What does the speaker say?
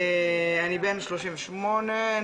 אני בן 38,